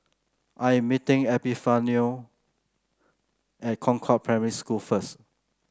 I am meeting Epifanio at Concord Primary School first